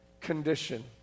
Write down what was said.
condition